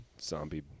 zombie